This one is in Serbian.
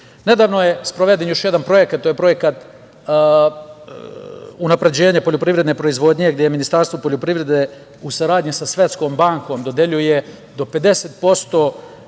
je sproveden još jedan projekat, to je projekat unapređenja poljoprivredne proizvodnje, gde Ministarstvo poljoprivrede, u saradnji sa Svetskom bankom, dodeljuje do 50%